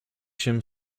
się